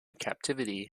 captivity